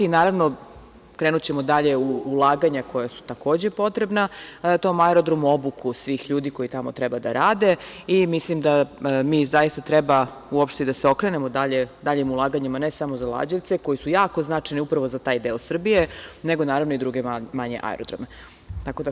Naravno, krenućemo dalje u ulaganja koja su takođe potrebna na tom aerodromu, obuku svih ljudi koji tamo treba da rade i mislim da zaista treba uopšte da se okrenemo daljem ulaganjima, ne samo za Lađevce, koji su jako značajni upravo za taj deo Srbije, nego i druge manje aerodrome.